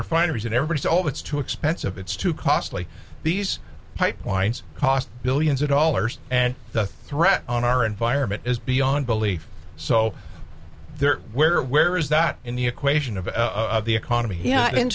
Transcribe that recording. refineries and everybody said oh it's too expensive it's too costly these pipelines cost billions of dollars and the threat on our environment is beyond belief so there where where is that in the equation of the economy in